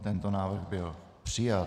Tento návrh byl přijat.